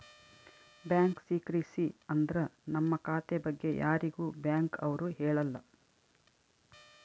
bank secrecy ಅಂದ್ರ ನಮ್ ಖಾತೆ ಬಗ್ಗೆ ಯಾರಿಗೂ ಬ್ಯಾಂಕ್ ಅವ್ರು ಹೇಳಲ್ಲ